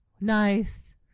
nice